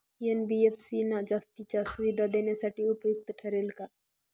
NBFC ना जास्तीच्या सुविधा देण्यासाठी उपयुक्त ठरेल का?